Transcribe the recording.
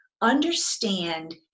understand